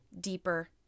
deeper